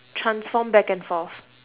transform back and forth